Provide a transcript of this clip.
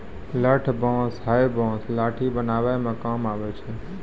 लठ बांस हैय बांस लाठी बनावै म काम आबै छै